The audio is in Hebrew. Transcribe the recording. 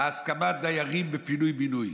הסכמת הדיירים בפינוי בינוי.